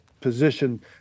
position